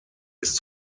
ist